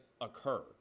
occur